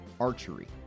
archery